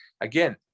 again